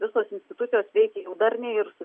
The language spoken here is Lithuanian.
visos institucijos veikė jau darniai ir su